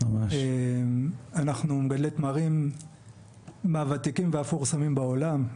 אנחנו מגדלי תמרים מהוותיקים והמפורסמים בעולם.